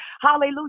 Hallelujah